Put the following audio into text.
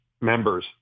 members